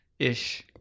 Ish